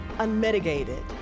unmitigated